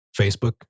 Facebook